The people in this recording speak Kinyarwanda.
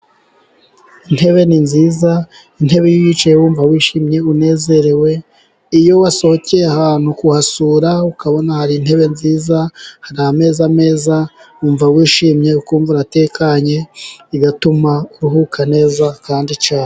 Intebe ni nziza. Intebe uyicayeho wumva wishimye unezerewe. Iyo wasohokeye ahantu kuhasura ukabona hari intebe nziza, hari ameza meza, wumva wishimye ukumva uratekanye. Bigatuma uruhuka neza kandi cyane.